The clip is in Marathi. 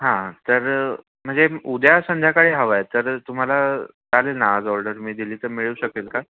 हा तर म्हणजे उद्या संध्याकाळी हव आहे तर तुम्हाला चालेल ना आज ऑर्डर मी दिली तर मिळू शकेल का